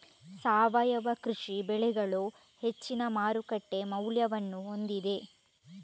ಸಾವಯವ ಕೃಷಿ ಬೆಳೆಗಳು ಹೆಚ್ಚಿನ ಮಾರುಕಟ್ಟೆ ಮೌಲ್ಯವನ್ನು ಹೊಂದಿದೆ